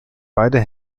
beide